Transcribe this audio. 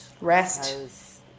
rest